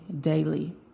daily